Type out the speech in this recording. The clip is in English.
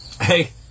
Hey